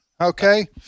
Okay